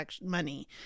money